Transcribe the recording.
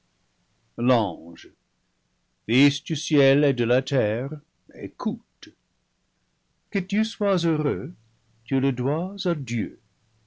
l'ange fils du ciel et de la terre écoute que tu sois heureux tu le dois à dieu